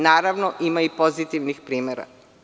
Naravno, ima i pozitivnih primera.